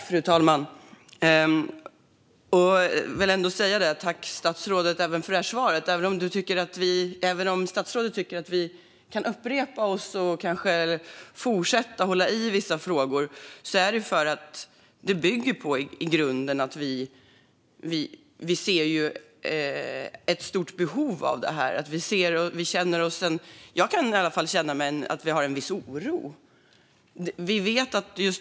Fru talman! Tack, statsrådet, för svaret! Även om statsrådet tycker att vi kan upprepa oss och fortsätta att hålla i vissa frågor bygger det i grunden på att vi ser ett stort behov. Jag kan känna att vi har en viss oro.